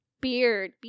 beard